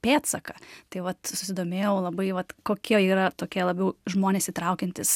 pėdsaką tai vat susidomėjau labai vat kokie yra tokie labiau žmones įtraukiantys